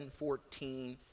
14